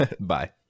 bye